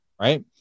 right